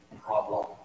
problem